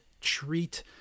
treat